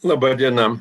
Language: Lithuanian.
laba diena